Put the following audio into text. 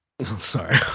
sorry